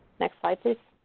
next slide, please.